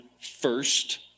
first